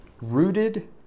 rooted